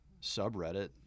subreddit